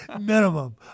Minimum